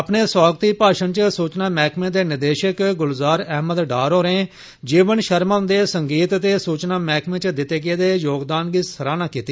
अपने सोआगती भाशण च सूचना मैह्कमें दे निदेषक गुलजार अहमद डार होरें जीवन षर्मा हुन्दे संगीत ते सूचना मैह्कमें च दित्ते गेदे उन्दे योगदान दी सराहना कीती